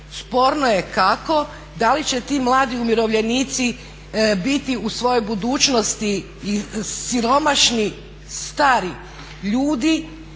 sporno je kako da li će ti mladi umirovljenici biti u svojoj budućnosti siromašni stari ljudi